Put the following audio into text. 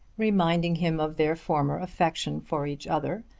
reminding him of their former affection for each other,